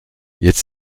jetzt